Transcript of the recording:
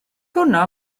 hwnna